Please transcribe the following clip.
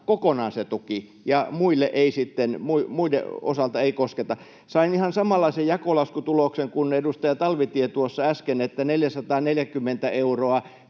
kokonaan se tuki ja muiden osalta ei kosketa. Sain ihan samanlaisen jakolaskutuloksen kuin edustaja Talvitie tuossa äsken, että 440 euroa